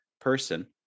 person